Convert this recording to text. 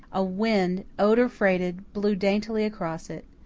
a wind, odour-freighted, blew daintily across it.